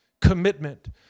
commitment